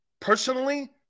personally